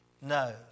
No